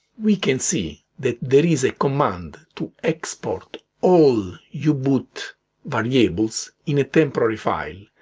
we can see that there is a command to export all yeah u-boot variables in a temporary file,